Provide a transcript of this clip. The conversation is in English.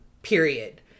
period